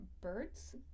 birds